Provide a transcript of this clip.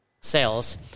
sales